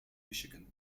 michigan